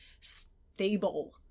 stable